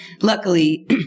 luckily